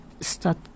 start